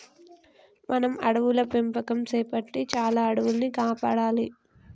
మనం అడవుల పెంపకం సేపట్టి చాలా అడవుల్ని కాపాడాలి